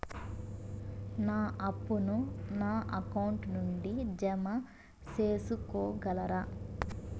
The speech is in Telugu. నా అప్పును నా అకౌంట్ నుండి జామ సేసుకోగలరా?